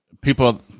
People